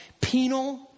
penal